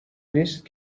نیست